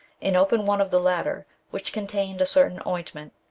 and open one of the latter, which contained a certain oint ment.